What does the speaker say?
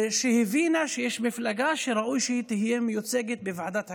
שהבינה שיש מפלגה שראוי שתהיה מיוצגת בוועדת הכספים.